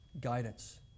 guidance